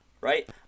right